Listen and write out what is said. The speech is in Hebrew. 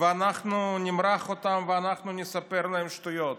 ואנחנו נמרח אותם ואנחנו נספר להם שטויות.